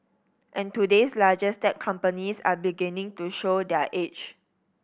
and today's largest tech companies are beginning to show their age